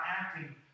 acting